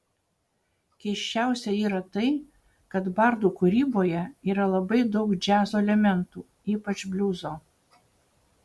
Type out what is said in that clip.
keisčiausia yra tai kad bardų kūryboje yra labai daug džiazo elementų ypač bliuzo